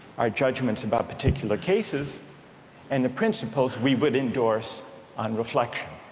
our judgments about particular cases and the principles we would endorse on reflection